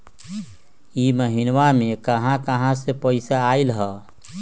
इह महिनमा मे कहा कहा से पैसा आईल ह?